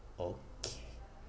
okay